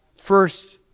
first